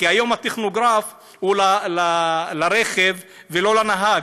כי היום הטכנוגרף הוא לרכב ולא לנהג,